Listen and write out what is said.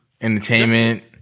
entertainment